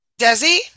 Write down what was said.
desi